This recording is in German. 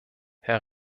herr